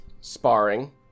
sparring